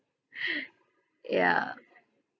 ya